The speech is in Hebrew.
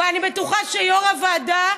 ואני בטוחה שיו"ר הוועדה,